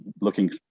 Looking